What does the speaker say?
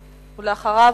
ולאחריו,